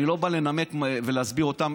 אני לא בא לנמק ולהסביר אותם,